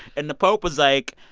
and the pope was like,